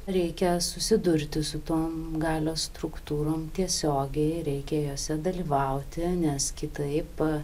reikia susidurti su tom galios struktūrom tiesiogiai reikia jose dalyvauti nes kitaip